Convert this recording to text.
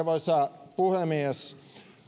arvoisa puhemies